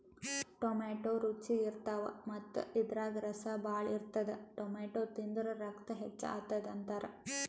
tomato ರುಚಿ ಇರ್ತವ್ ಮತ್ತ್ ಇದ್ರಾಗ್ ರಸ ಭಾಳ್ ಇರ್ತದ್ ಟೊಮ್ಯಾಟೋ ತಿಂದ್ರ್ ರಕ್ತ ಹೆಚ್ಚ್ ಆತದ್ ಅಂತಾರ್